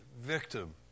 victim